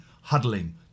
huddling